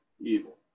evil